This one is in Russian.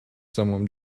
самом